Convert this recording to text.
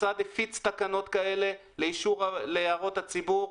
המשרד הפיץ תקנות כאלה להערות הציבור.